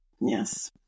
Yes